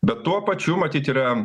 bet tuo pačiu matyt yra